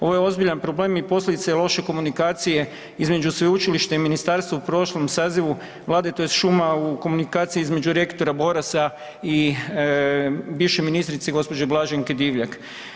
Ovo je ozbiljan problem i posljedica je loše komunikacije između sveučilišta i ministarstva u prošlom sazivu Vlade, tj. šuma u komunikaciji između rektora Borasa i bivše ministrice gđe. Blaženke Divjak.